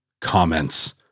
comments